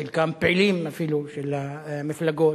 חלקם פעילים אפילו של המפלגה,